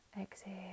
exhale